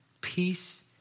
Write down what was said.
peace